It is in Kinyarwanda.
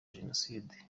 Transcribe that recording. jenoside